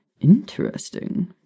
Interesting